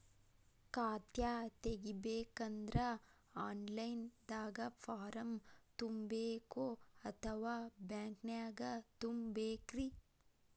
ಖಾತಾ ತೆಗಿಬೇಕಂದ್ರ online ದಾಗ ಫಾರಂ ತುಂಬೇಕೊ ಅಥವಾ ಬ್ಯಾಂಕನ್ಯಾಗ ತುಂಬ ಬೇಕ್ರಿ?